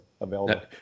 available